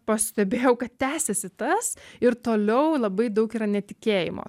pastebėjau kad tęsiasi tas ir toliau labai daug yra netikėjimo